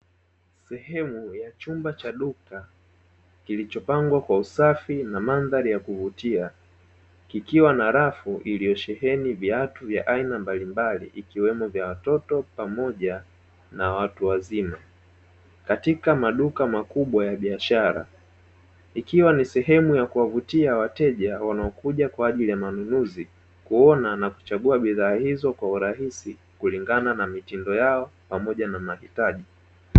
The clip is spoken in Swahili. Sehemu ya chumba cha duka kilichopangwa kwa usafi na mandhari ya kuvutia kikiwa na rafu iliyosheheni viatu vya aina mbalimbali ikiwemo vya watoto pamoja na watu wazima katika maduka makubwa ya biashara, ikiwa ni sehemu ya kuwavutia wateja wanaokuja kwa ajili ya manunuzi kuona na kuchagua bidhaa hizo kwa urahisi kulingana na mitindo yao pamoja na mahitaji.